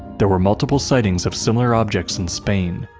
there were multiple sightings of similar objects in spain,